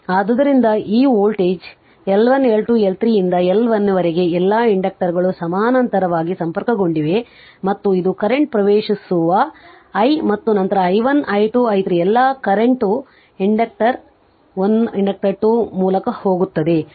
ಆದ್ದರಿಂದ ಇದು ವೋಲ್ಟೇಜ್ ಮತ್ತು ಈ L 1 L 2 L 3 ರಿಂದ L N ವರೆಗೆ ಎಲ್ಲಾ ಇಂಡಕ್ಟರುಗಳು ಸಮಾನಾಂತರವಾಗಿ ಸಂಪರ್ಕಗೊಂಡಿವೆ ಮತ್ತು ಇದು ಕರೆಂಟ್ ಪ್ರವೇಶಿಸುವ i ಮತ್ತು ನಂತರ i1 i2 i3 ಎಲ್ಲಾ ಕರೆಂಟ್ ವು ಇಂಡಕ್ಟರ್ 1 ಇಂಡಕ್ಟರ್ 2 ಮೂಲಕ ಹೋಗುತ್ತದೆ